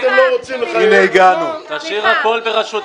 אבל אם אתם לא רוצים לחייב אז --- תחזיר את הפיקוח הפרלמנטרי.